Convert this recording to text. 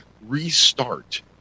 restart